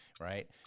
right